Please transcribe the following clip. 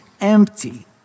empty